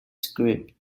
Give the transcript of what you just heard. script